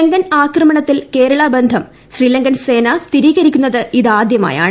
ലങ്കൻ ആക്രമണത്തിൽ കേരളബന്ധം ശ്രീലങ്കൻ സേന സ്ഥിരീകരിക്കുന്നത് ഇതാദ്യമായാണ്